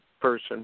person